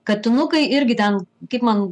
katinukai irgi ten kaip man